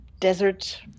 desert